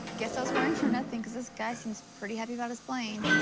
guess i was worrying for nothing, cause this guy seems pretty happy about his plane.